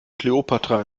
kleopatra